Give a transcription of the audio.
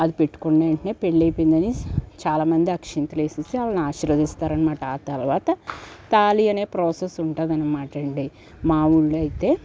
అది పెట్టుకున్న వెంటనే పెళ్ళయిపోయిందని చాలా మంది అక్షింతలేసీసి వాలని ఆశీర్వదిస్తారనమాట తర్వాత తాళి అనే ప్రాసెస్ ఉంటాదనమాటండి మా ఊళ్ళో అయితే